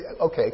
okay